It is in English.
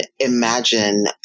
imagine